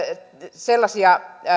sellaisia